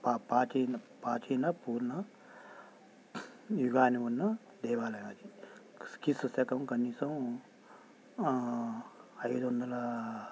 ప్రాచీన ప్రాచీన పూర్ణ యుగాన ఉన్న దేవాలయం అది క్రీస్తుశకం కనీసం ఐదొందల